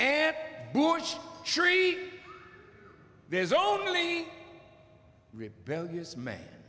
and bush tree there's only rebellious man